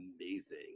amazing